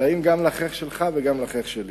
טעים גם לחיך שלך וגם לחיך שלי